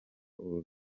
uru